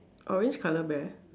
orange colour bear